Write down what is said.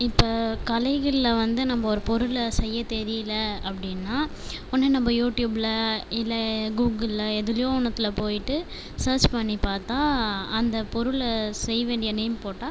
இப்போ கலைகளில் வந்து நம்ம ஒரு பொருளை செய்யத் தெரியல அப்படின்னா ஒன்னு நம்ம யூட்டியூப்பில் இல்லை கூகுளில் எதுலயோ ஒன்னுத்துல போயிட்டு சர்ச் பண்ணி பார்த்தா அந்த பொருளை செய்ய வேண்டிய நேம் போட்டால்